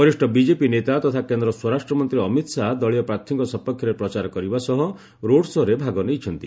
ବରିଷ୍ଣ ବିଜେପି ନେତା ତଥା କେନ୍ଦ୍ର ସ୍ୱରାଷ୍ଟ୍ରମନ୍ତ୍ରୀ ଅମିତ ଶାହା ଦଳୀୟ ପ୍ରାର୍ଥୀଙ୍କ ସପକ୍ଷରେ ପ୍ରଚାର କରିବା ସହ ରୋଡ ସୋ'ରେ ଭାଗ ନେଇଛନ୍ତି